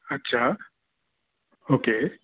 अच्छा ओके